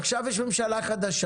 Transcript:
ועכשיו יש פה ממשלה חדשה,